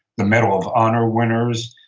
the medal of honor winners,